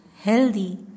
healthy